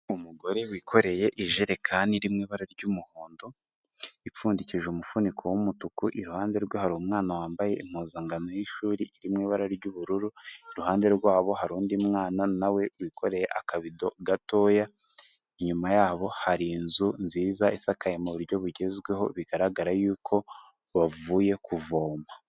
Umugore wikoreye ijerekani iri mu ibara ry'umuhondo, ipfundikije umufuniko w'umutuku, iruhande rwe hari umwana wambaye impuzankano y'ishuri iri mu ibara ry'ubururu, iruhande rwabo hari undi mwana na we wikore akabido gatoya, inyuma yabo hari inzu nziza isakaye mu buryo bugezweho, bigaragara yuko bavuye kuvoma.